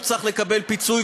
הוא צריך לקבל פיצוי,